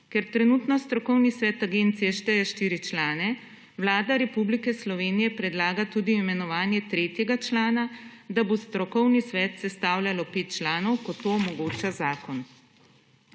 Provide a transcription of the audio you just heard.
Ker trenutno strokovni svet agencije šteje štiri člane Vlada Republike Slovenije predlaga tudi imenovanje tretjega člana, da bo strokovni svet sestavljalo pet članov, kot to omogoča zakon.